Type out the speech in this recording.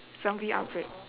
zombie outbreak